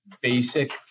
basic